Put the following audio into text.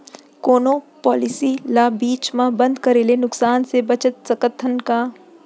कोनो पॉलिसी ला बीच मा बंद करे ले नुकसान से बचत सकत हन का?